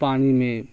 پانی میں